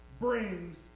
brings